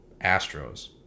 Astros